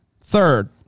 third